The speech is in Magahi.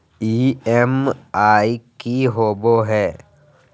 ई.एम.आई की होवे है?